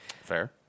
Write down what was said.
Fair